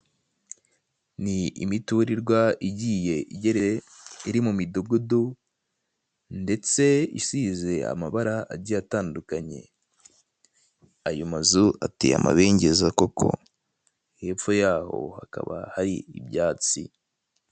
Ni imiturirwa igiye iri mu midugudu ndetse isize amabara agiye atandukanye ayo mazu ateye amabengeza koko, hepfo yaho hakaba hari ibyatsi.